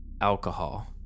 alcohol